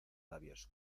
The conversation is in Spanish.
labios